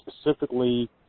specifically